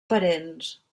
parents